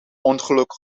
ongeluk